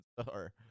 star